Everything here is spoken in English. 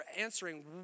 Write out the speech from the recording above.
answering